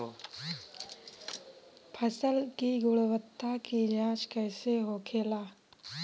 फसल की गुणवत्ता की जांच कैसे होखेला?